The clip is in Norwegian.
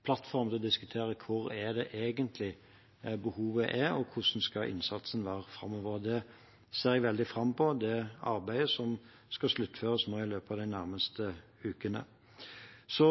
til å diskutere hvor behovet egentlig er, og hvordan innsatsen skal være framover. Jeg ser veldig fram til det arbeidet, som skal sluttføres nå i løpet av de nærmeste ukene. Så